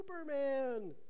Superman